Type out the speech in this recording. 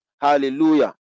Hallelujah